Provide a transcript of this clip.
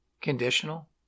Conditional